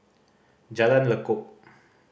Jalan Lekub